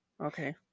Okay